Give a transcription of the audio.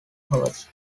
hours